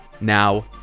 now